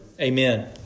Amen